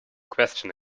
question